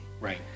Right